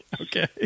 Okay